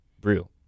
brew